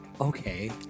Okay